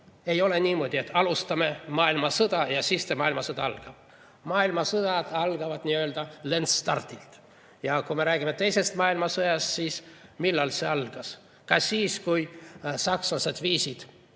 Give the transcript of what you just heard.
Ei ole niimoodi, et alustame maailmasõda ja siis algabki maailmasõda. Maailmasõjad algavad lendstardilt. Ja kui me räägime teisest maailmasõjast, siis millal see algas? Kas siis, kui sakslased viisid,